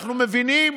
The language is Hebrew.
אנחנו מבינים